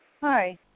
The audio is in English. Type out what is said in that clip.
Hi